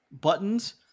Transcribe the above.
Buttons